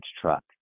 truck